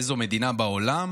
אמרת: באיזו מדינה בעולם